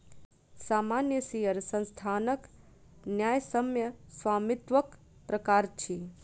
सामान्य शेयर संस्थानक न्यायसम्य स्वामित्वक प्रकार अछि